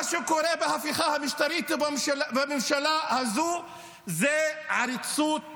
מה שקורה בהפיכה המשטרית בממשלה הזאת זה עריצות הרוב,